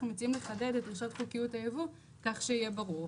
אנחנו מציעים לחדד את דרישות חוקיות הייבוא כך שיהיה ברור,